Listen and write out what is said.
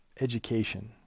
education